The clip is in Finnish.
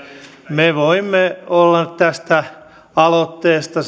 me voimme olla tästä aloitteesta